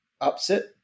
upset